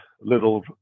little